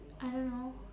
I don't know